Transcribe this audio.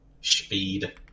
Speed